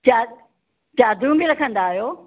चाद चादरूं बि रखंदा आहियो